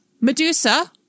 Medusa